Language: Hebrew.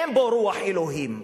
אין בו רוח אלוהים,